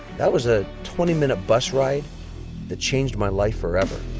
that was a twenty minute bus ride that changed my life forever.